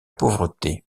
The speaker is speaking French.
pauvreté